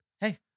Hey